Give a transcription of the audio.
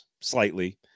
slightly